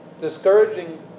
discouraging